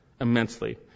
immensely